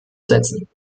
setzen